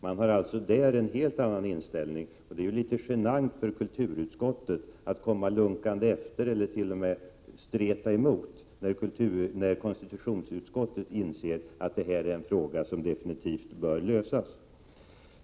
Man har alltså där en helt annan inställning, och det är litet genant för kulturutskottet att komma lunkande efter eller t.o.m. streta emot, när konstitutionsutskottet inser att detta är en fråga som måste lösas.